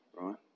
right